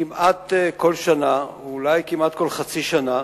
כמעט כל שנה, ואולי כמעט כל חצי שנה,